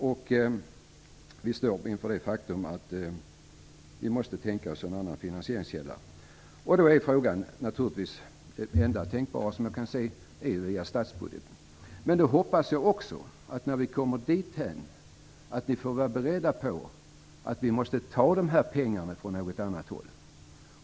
Och vi står inför det faktum att vi måste tänka oss en annan finansieringskälla. Då är frågan naturligtvis vilken, och den enda tänkbara som jag kan se är via statsbudgeten. Men när vi kommer dithän hoppas jag att ni är beredda på att vi måste ta de här pengarna från något annat håll.